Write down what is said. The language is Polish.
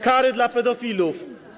Kary dla pedofilów.